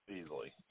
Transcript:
Easily